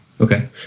Okay